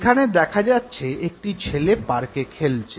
এখানে দেখা যাচ্ছে একটি ছেলে পার্কে খেলছে